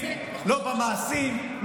לא במעשים,